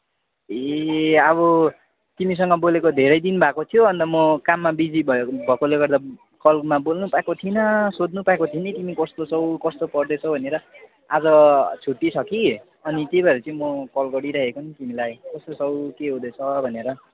ए अब तिमीसँग बोलेको धेरै दिन भएको थियो अन्त म काममा बिजी भएकोले गर्दा कलमा बोल्नु पाएको थिइनँ सोध्नु पाएको थिइनँ तिमी कस्तो छौ कस्तो पढ्दै छौ भनेर आज छुट्टी छ कि अनि त्यही भएर चाहिँ म कल गरिरहेको तिमीलाई कस्तो छौ के हुँदै छ भनेर